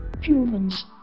Humans